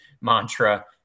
mantra